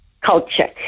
culture